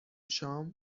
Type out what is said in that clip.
شام